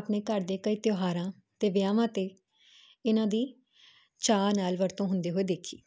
ਆਪਣੇ ਘਰ ਦੇ ਕਈ ਤਿਉਹਾਰਾਂ ਤੇ ਵਿਆਵਾਂ ਤੇ ਇਹਨਾਂ ਦੀ ਚਾਹ ਨਾਲ ਵਰਤੋ ਹੁੰਦੇ ਹੋਏ ਦੇਖੀ